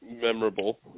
memorable